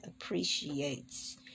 appreciates